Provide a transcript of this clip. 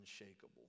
unshakable